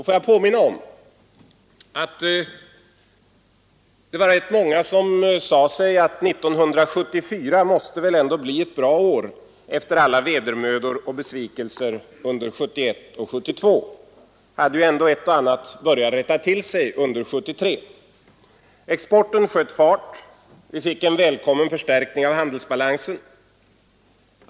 Får jag påminna om att det var rätt många som sade sig att 1974 väl ändå måste bli ett bra år. Efter alla vedermödor och besvikelser under åren 1971 och 1972 hade ju ändå ett och annat börjat rätta till sig under år 1973. Exporten sköt fart. Vi fick en välkommen förstärkning av handelsbalansen.